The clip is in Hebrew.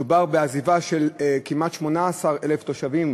מדובר בעזיבה של כמעט 18,000 תושבים